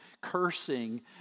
cursing